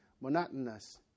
monotonous